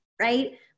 right